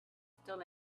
still